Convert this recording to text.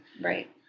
Right